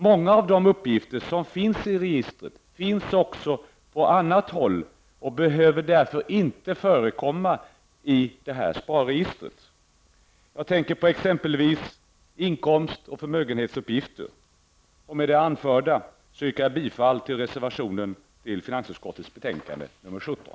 Många av de uppgifter som finns i registret finns också på annat håll och behöver därför inte förekomma i SPAR-registret. Jag tänker på exempelvis inkomst och förmögenhetsuppgifter. Med det anförda yrkar jag bifall till reservationen vid finansutskottes betänkande nr 17.